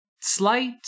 slight